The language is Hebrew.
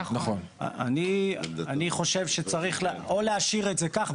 אני חושב שצריך להשאיר את זה כך,